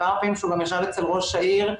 מספר הפעמים שהוא גם ישב אצל ראש העיר,